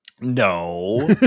no